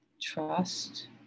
trust